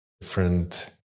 different